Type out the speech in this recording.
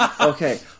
Okay